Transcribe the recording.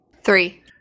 Three